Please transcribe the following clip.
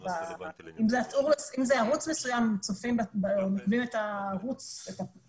אם זה ערוץ מסוים הם נותנים את הפרסום בערוץ.